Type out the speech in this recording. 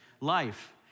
life